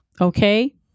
Okay